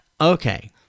Okay